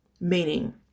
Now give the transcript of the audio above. Meaning